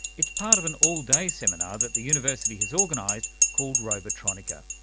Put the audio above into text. it's part of an all-day seminar that the university has organised called robotronica.